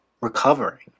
recovering